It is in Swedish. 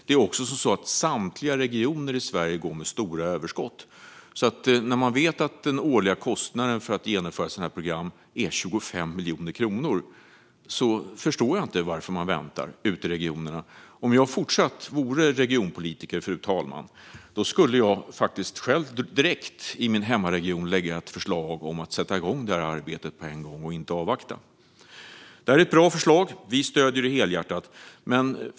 Det är också som så att samtliga regioner i Sverige går med stora överskott. När man vet att den årliga kostnaden för att genomföra ett sådant här program är 25 miljoner kronor förstår jag därför inte varför man väntar ut regionerna. Om jag fortsatt vore regionpolitiker, fru talman, skulle jag direkt i min hemregion lägga ett förslag om att sätta igång arbetet på en gång och inte avvakta. Det här är ett bra förslag som vi stöder helhjärtat.